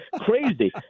crazy